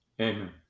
Amen